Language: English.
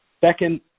Second